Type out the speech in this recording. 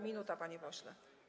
Minuta, panie pośle.